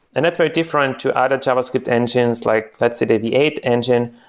and that's very different to other javascript engines, like let's say, the v eight engine,